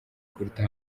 kuruta